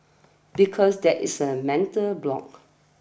because there's a mental block